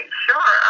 sure